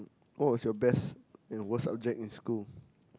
what was your best and worst subject in school